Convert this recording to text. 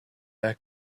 air